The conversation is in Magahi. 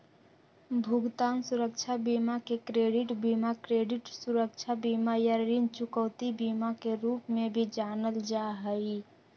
भुगतान सुरक्षा बीमा के क्रेडिट बीमा, क्रेडिट सुरक्षा बीमा, या ऋण चुकौती बीमा के रूप में भी जानल जा हई